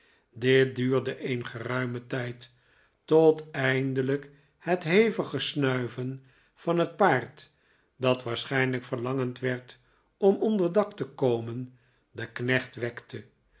dit duurde een geruimen tijd tot eindelijk het hevige snuiven van het paard dat waarschijnlijk verlangend werd om onder dak te komen den knecht wekte